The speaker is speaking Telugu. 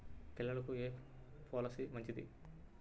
పిల్లలకు ఏ పొలసీ మంచిది?